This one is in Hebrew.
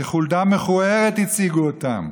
כחולדה מכוערת הציגו אותם.